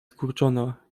skurczona